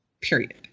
period